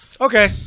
Okay